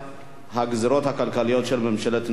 הגזירות הכלכליות של ממשלת נתניהו,